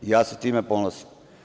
Ja se time ponosim.